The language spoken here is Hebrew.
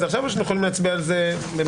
זה עכשיו או שאנחנו יכולים להצביע לזה במרוכז?